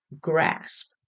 grasp